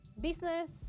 business